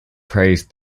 praised